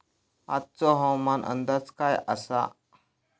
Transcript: आजचो हवामान अंदाज काय आसा?